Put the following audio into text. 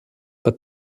but